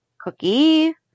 cookie